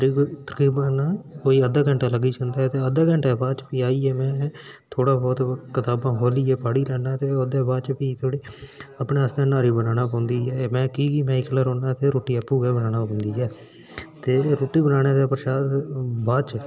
तकरीबन कोई अद्धा घैण्टा लग्गी जंदा ते अद्धे घण्टे दे बाद ते में थोह्ड़ा बहुत कताबां खोह्लियै पढ़ी लै्नां ते फ्ही ओह्दे बाद अपने आस्तै न्हारी बनाना पौंदी ऐ कि की में इक्कले रौह्न्ना होन्नां ते आपूं गै बनाना पौंदी ऐ ते रुट्टी बनाने दे शायद बाद